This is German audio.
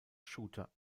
shooter